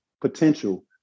potential